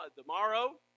tomorrow